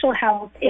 health